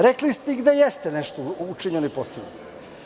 Rekli ste i da jeste nešto učinjeno i postignuto.